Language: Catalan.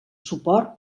suport